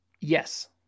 Yes